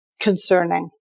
concerning